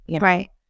Right